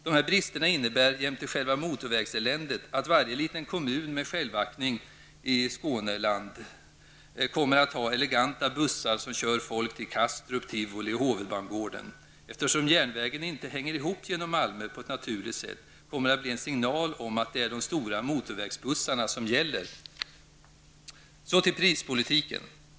Dessa brister innebär, jämte själva motorvägseländet, att varje liten kommun i Skåne med självaktning kommer att ha eleganta bussar som kör folk till Kastrup, Tivoli och Hovedbangården. Eftersom järnvägen inte hänger ihop genom Malmö på ett naturligt sätt, kommer det att bli en signal om att det är de stora motorvägsbussarna som gäller. Så till prispolitiken.